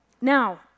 Now